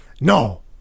no